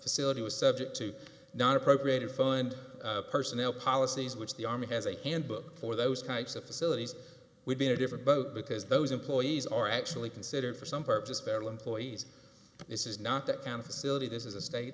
facility was subject to not appropriated fund personnel policies which the army has a handbook for those types of facilities would be in a different boat because those employees are actually considered for some purpose barrel employees this is not that kind of a silly this is a state